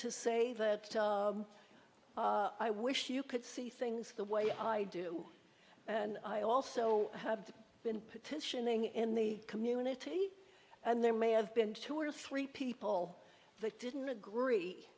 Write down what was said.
to say that i wish you could see things the way i do and i also have been petitioning in the community and there may have been two or three people that didn't agree